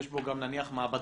יש בו גם נניח מעבדות.